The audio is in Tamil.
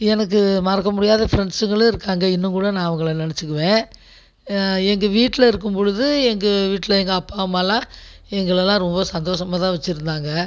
எனக்கு மறக்க முடியாத ஃபிரண்ட்ஸுங்களும் இருக்காங்க இன்னும் கூட நான் அவங்களை நெனைச்சுக்குவேன் எங்கள் வீட்டில் இருக்கும்பொழுது எங்கள் வீட்டில் எங்கள் அப்பா அம்மாலாம் எங்களெலாம் ரொம்ப சந்தோசமாகதான் வச்சுருந்தாங்க